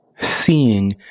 seeing